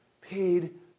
paid